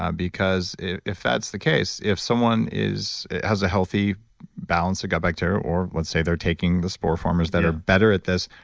um because if that's the case, if someone has a healthy balance of gut bacteria, or let's say they're taking the spore formers that are better at this,